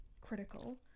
critical